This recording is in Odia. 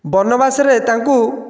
ବନବାସରେ ତାଙ୍କୁ